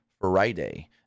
Friday